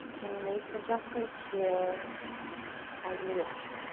and make adjustments here as you wish.